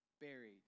buried